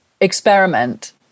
experiment